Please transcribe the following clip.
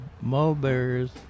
mulberries